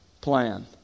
plan